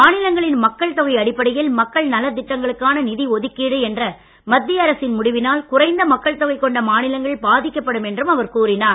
மாநிலங்களின் மக்கள் தொகை அடிப்படையில் மக்கள் நலத் திட்டங்களுக்கான நிதி ஒதுக்கீடு என்ற மத்திய அரசின் முடிவினால் குறைந்த மக்கள் தொகை கொண்ட மாநிலங்கள் பாதிக்கப்படும் என்றும் அவர் கூறினார்